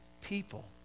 people